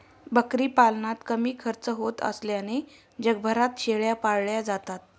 बकरी पालनात कमी खर्च होत असल्याने जगभरात शेळ्या पाळल्या जातात